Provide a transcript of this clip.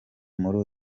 muri